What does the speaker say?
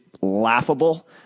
laughable